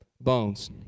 bones